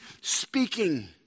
speaking